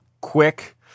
quick